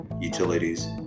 utilities